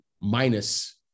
minus –